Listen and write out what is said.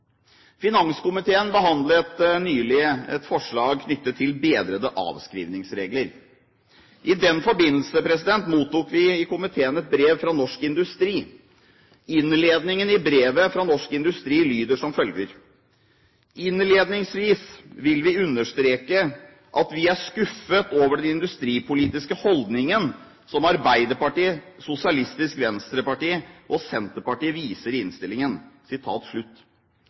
Finanskomiteen behandlet nylig et forslag knyttet til bedrede avskrivningsregler. I den forbindelse mottok vi i komiteen et brev fra Norsk Industri. Innledningen i brevet fra Norsk Industri lyder som følger: «Innledningsvis vil vi understreke at vi er skuffet over den industripolitiske holdningen som Arbeiderpartiet, Sosialistisk Venstreparti og Senterpartiet viser i innstillingen.»